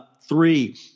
Three